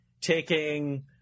taking